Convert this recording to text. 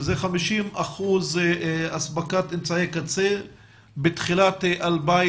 שזה 50% אספקת אמצעי קצה בתחילת 2021,